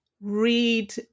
read